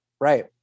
Right